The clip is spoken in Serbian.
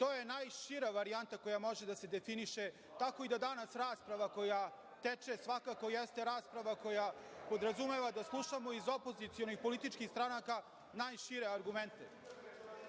to je najšira varijanta koja može da se definiše tako, i da danas rasprava koja teče svakako jeste rasprava koja podrazumeva da slušamo iz opozicionih političkih stranaka najšire argumente.